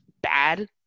bad